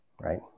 right